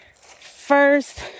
First